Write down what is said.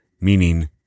meaning